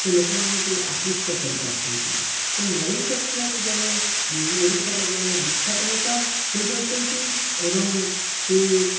ସେ ଲୋକମାନଙ୍କୁ ଆକୃଷ୍ଟ କରିପାରିଛନ୍ତି ତେଣୁ ନବୀନ ପଟ୍ଟନାୟକ ଜଣେ ଓଡ଼ିଶାର ଜଣେ ବିଖ୍ୟାତ ନେତା ହୋଇପାରିଛନ୍ତି ଏବଂ ସେ